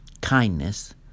kindness